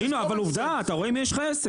הנה, אבל עובדה, אתה רואה עם מי יש לך עסק.